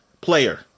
player